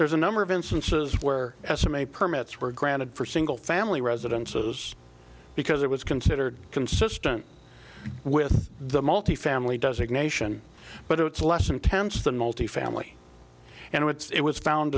there's a number of instances where estimate permits were granted for single family residences because it was considered consistent with the multi family does it nation but it's less intense than multi family and it's it was found